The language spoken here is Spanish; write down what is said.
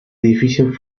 edificios